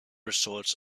resorts